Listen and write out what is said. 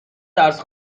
درس